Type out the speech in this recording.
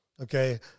Okay